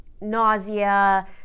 nausea